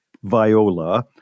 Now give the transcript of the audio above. Viola